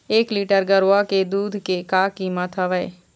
एक लीटर गरवा के दूध के का कीमत हवए?